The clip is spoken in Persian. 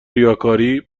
ریاکاری